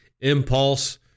impulse